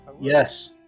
Yes